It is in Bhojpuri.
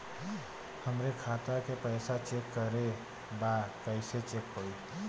हमरे खाता के पैसा चेक करें बा कैसे चेक होई?